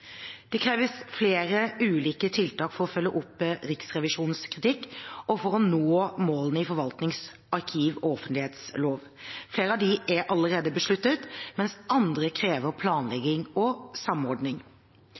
Det kreves flere ulike tiltak for å følge opp Riksrevisjonens kritikk og for å nå målene i forvaltningsloven, arkivloven og offentlighetsloven. Flere av dem er allerede besluttet, mens andre krever planlegging og samordning.